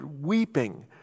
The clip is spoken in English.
weeping